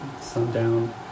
sundown